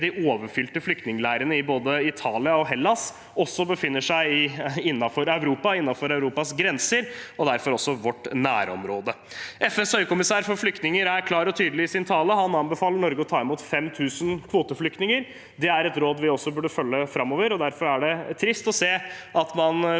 de overfylte flyktningleirene i både Italia og Hellas, også befinner seg innenfor Europas grenser, og derfor er i vårt nærområde. FNs høykommissær for flyktninger er klar og tydelig i sin tale. Han anbefaler Norge å ta imot 5 000 kvoteflyktninger. Det er et råd vi også burde følge framover, og derfor er det trist å se at man